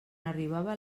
arribava